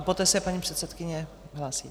Poté se paní předsedkyně hlásí.